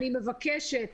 אני מבקשת,